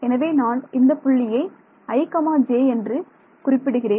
எனவே நான் இந்த புள்ளியை i j என்று குறிப்பிடுகிறேன்